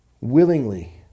willingly